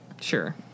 sure